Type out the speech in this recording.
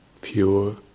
pure